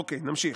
אוקיי, נמשיך.